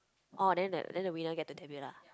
orh then that then the winner get the ten mil lah